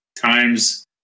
times